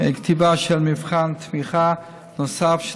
כתיבה של מבחן תמיכה נוסף,